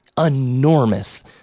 enormous